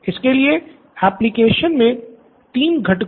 इसके लिए student Nithin application मे तीन घटकों